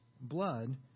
blood